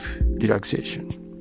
relaxation